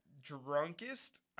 drunkest